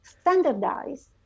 standardize